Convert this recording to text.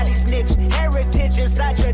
um snitched, heritage inside your